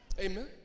Amen